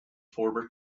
former